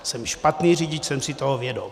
Jsem špatný řidič, jsem si toho vědom.